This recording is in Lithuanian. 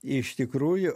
iš tikrųjų